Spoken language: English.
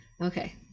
okay